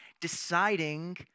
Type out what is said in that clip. deciding